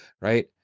right